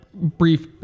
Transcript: brief